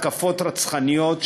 התקפות רצחניות,